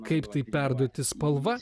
kaip tai perduoti spalva